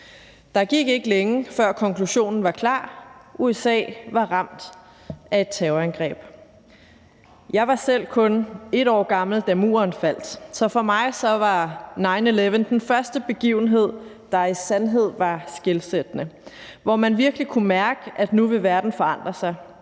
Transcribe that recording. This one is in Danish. Der gik ikke længe, før konklusionen var klar: USA var ramt af et terrorangreb. Jeg var selv kun et år gammel, da Muren faldt, så for mig var nine eleven den første begivenhed, der i sandhed var skelsættende, hvor man virkelig kunne mærke, at nu vil verden forandre sig